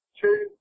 two